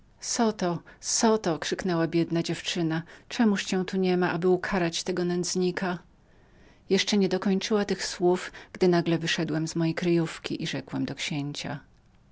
w twarz zoto zoto krzyknęła biedna dziewczyna czemuż cię tu nie ma aby ukarać tego nędznika jeszcze nie dokończyła tych słów gdy nagle wyszedłem z mojej kryjówki i rzekłem do księcia